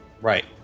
Right